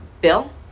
bill